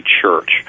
church